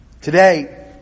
Today